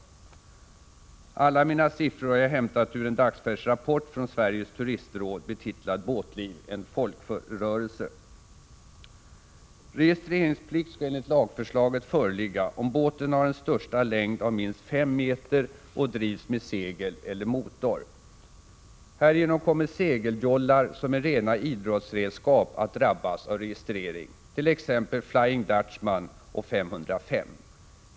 Jag har hämtat alla siffror ur en dagsfärsk rapport från Sveriges turistråd, betitlad Båtliv — en folkrörelse. Registreringsplikt skall enligt lagförslaget föreligga, om båten har en största längd av minst 5 meter och drivs med segel eller motor. Härigenom kommer segeljollar som är rena idrottsredskap att drabbas av registrering, t.ex. Flying Dutchman och 505.